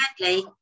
sadly